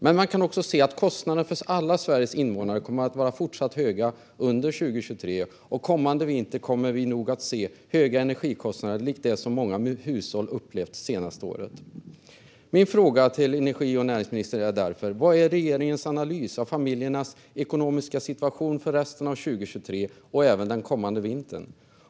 Men man kan också se att kostnaderna för alla Sveriges invånare kommer att vara fortsatt höga under 2023, och kommande vinter kommer vi nog att se höga energikostnader likt dem som många hushåll upplevt det senaste året. Min fråga till energi och näringsministern är därför: Vad är regeringens analys av familjernas ekonomiska situation för resten av 2023, och även den kommande vintern?